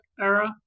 era